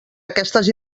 aquestes